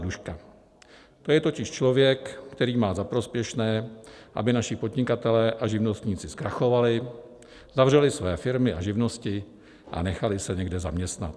To je totiž člověk, který má za prospěšné, aby naši podnikatelé a živnostníci zkrachovali, zavřeli své firmy a živnosti a nechali se někde zaměstnat.